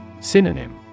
Synonym